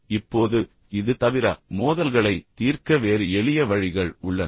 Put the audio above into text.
இப்போது இது தவிர மோதல்களைத் தீர்க்க வேறு எளிய வழிகள் உள்ளன